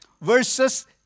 versus